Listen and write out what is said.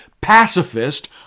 pacifist